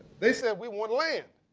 they said we want land.